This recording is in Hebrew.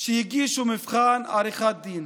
שהגישו מבחן עריכת דין.